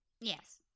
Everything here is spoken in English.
Yes